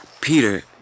Peter